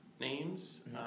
Names